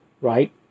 right